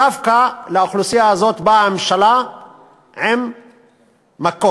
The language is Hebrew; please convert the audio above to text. דווקא לאוכלוסייה הזאת באה הממשלה עם מכות,